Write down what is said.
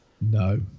No